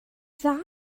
dda